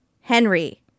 Henry